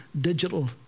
digital